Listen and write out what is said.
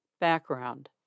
Background